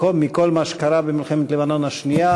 מכל מה שקרה במלחמת לבנון השנייה,